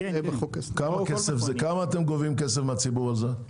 כמה כסף אתם גובים מהציבור על זה?